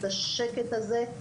את השקט הזה,